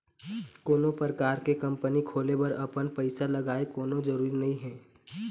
कोनो परकार के कंपनी खोले बर अपन पइसा लगय कोनो जरुरी नइ हे